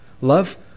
Love